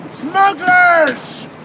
Smugglers